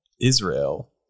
Israel